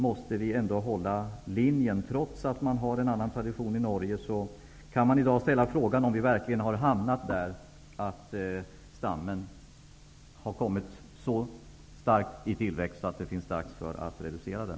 Trots att man i Norge har en annan tradition kan man i dag ställa sig frågan om stammen verkligen har tillväxt så starkt att det är dags att reducera den.